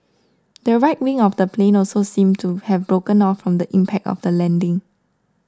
the right wing of the plane also seemed to have broken off from the impact of the landing